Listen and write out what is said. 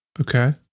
Okay